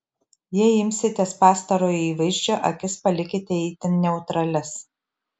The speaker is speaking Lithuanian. jei imsitės pastarojo įvaizdžio akis palikite itin neutralias